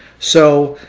so,